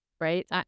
right